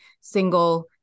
single